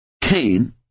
Cain